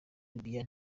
libya